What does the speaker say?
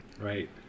right